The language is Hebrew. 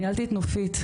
ניהלתי את נופית,